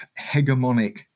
hegemonic